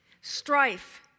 Strife